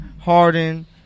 Harden